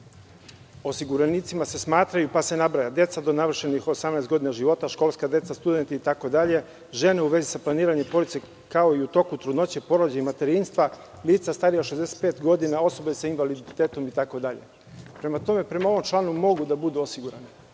osiguranicima se smatraju, pa se nabraja – deca do navršenih 18 godina života, školska deca, studenti itd, žene u vezi sa planiranjem porodice, kao i u toku trudnoće, porođaja i materinstva, lica starija od 65 godina, osobe sa invaliditetom itd. Prema tome, prema ovom članu mogu da budu osigurani. Ne